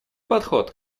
подход